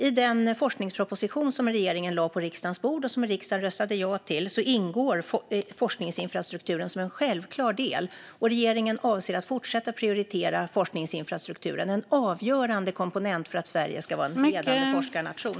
I den forskningsproposition som regeringen lade på riksdagens bord och som riksdagen röstade ja till ingår forskningsinfrastrukturen som en självklar del, och regeringen avser att fortsätta prioritera forskningsinfrastrukturen. Den är en avgörande komponent för att Sverige ska vara en ledande forskarnation.